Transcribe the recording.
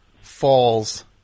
falls